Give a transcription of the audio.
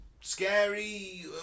scary